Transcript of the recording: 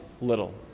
little